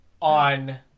on